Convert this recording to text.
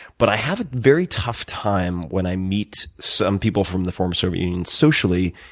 but i have a very tough time when i meet some people from the former soviet union socially,